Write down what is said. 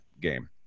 game